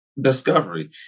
discovery